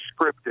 scripted